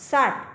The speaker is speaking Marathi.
साठ